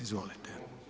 Izvolite.